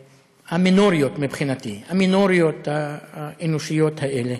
המינוריות, מבחינתי, המינוריות האנושיות האלה.